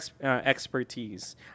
expertise